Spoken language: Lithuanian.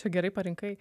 čia gerai parinkai